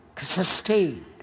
sustained